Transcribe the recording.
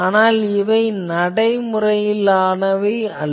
ஆனால் இவை நடைமுறையிலானவை அல்ல